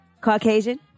Caucasian